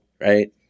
right